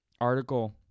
article